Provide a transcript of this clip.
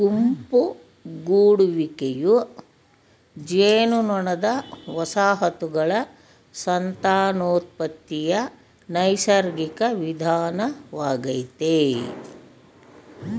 ಗುಂಪು ಗೂಡುವಿಕೆಯು ಜೇನುನೊಣದ ವಸಾಹತುಗಳ ಸಂತಾನೋತ್ಪತ್ತಿಯ ನೈಸರ್ಗಿಕ ವಿಧಾನವಾಗಯ್ತೆ